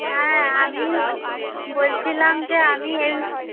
হ্যাঁ আমি বলছিলাম যে আমি এই